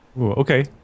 Okay